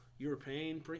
European